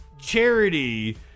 charity